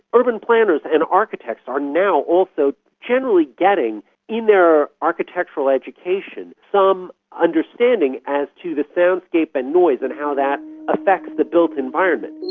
urban planners and architects are now also generally getting in their architectural education some understanding as to the soundscape and noise and how that affects the built environment.